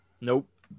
Nope